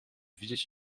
wiedzieć